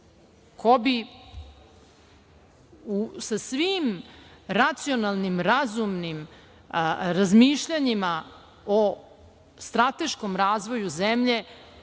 Ko bi sa svim racionalnim, razumnim razmišljanjima o strateškom razvoju zemlje